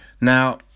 Now